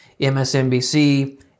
MSNBC